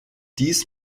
dies